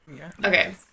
Okay